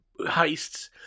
heists